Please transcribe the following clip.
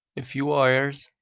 a few wires,